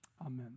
amen